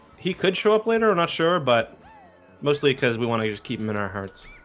he could show up later. i'm not sure but mostly because we want to just keep him in our hearts.